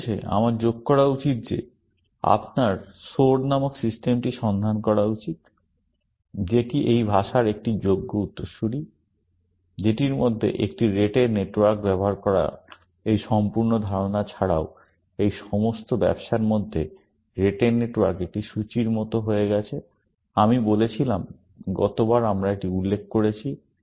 পরিশেষে আমার যোগ করা উচিত যে আপনার সোর নামক সিস্টেমটি সন্ধান করা উচিত যেটি এই ভাষার একটি উত্তরসূরী যেটির মধ্যে একটি রেটে নেটওয়ার্ক ব্যবহার করার এই সম্পূর্ণ ধারণা ছাড়াও এই সমস্ত ব্যবসার মধ্যে রেটে নেটওয়ার্ক একটি সূচীর মতো হয়ে গেছে আমি বলেছিলাম গতবার আমরা এটি উল্লেখ করেছি